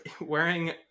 wearing